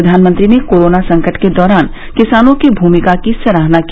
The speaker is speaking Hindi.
प्रधानमंत्री ने कोराना संकट के दौरान किसानों की भूमिका की सराहना की